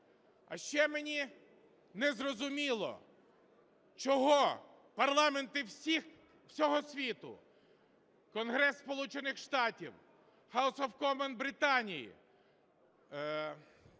А ще мені незрозуміло, чого парламенти всього світу: Конгрес Сполучених Штатів, House of Commons Британії,